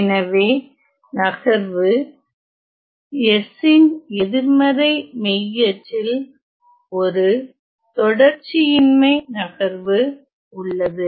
எனவே நகர்வு s ன் எதிர்மறை மெய் அச்சில் ஒரு தொடர்ச்சியின்மை நகர்வு உள்ளது